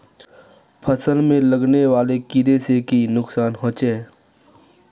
फसल में लगने वाले कीड़े से की नुकसान होचे?